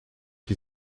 qui